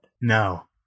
No